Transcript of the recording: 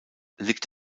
liegt